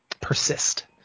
persist